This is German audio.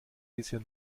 bisher